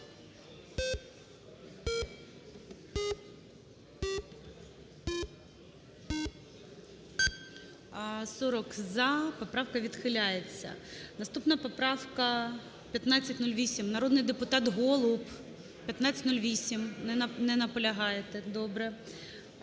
За-40 Поправка відхиляється. Наступна поправка – 1508. Народний депутат Голуб, 1508. Не наполягаєте. Добре.